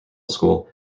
school